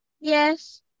Yes